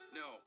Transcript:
no